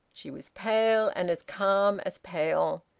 she was pale, and as calm as pale.